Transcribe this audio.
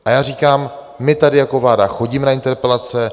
A já říkám, my tady jako vláda chodíme na interpelace.